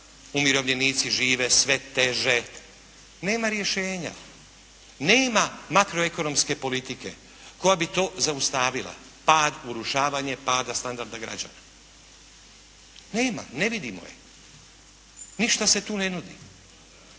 umirovljenici žive sve teže. Nema rješenja. Nema makro-ekonomske politike koja bi to zaustavila, zaustavljanje pada standarda građana. Nema je, ne vidimo je, ništa se tu ne nudi.